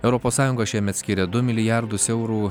europos sąjunga šiemet skiria du milijardus eurų